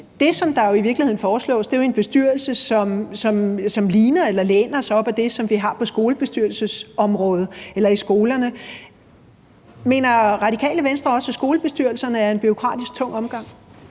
Det, der i virkeligheden foreslås, er jo en bestyrelse, som ligner eller læner sig op ad det, som vi har i skolerne. Mener Radikale Venstre også, at skolebestyrelserne er en bureaukratisk tung omgang?